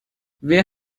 wer